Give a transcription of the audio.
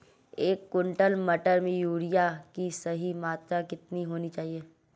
एक क्विंटल मटर में यूरिया की सही मात्रा कितनी होनी चाहिए?